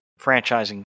franchising